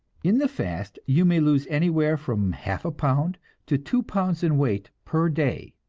in the fast you may lose anywhere from half a pound to two pounds in weight per day,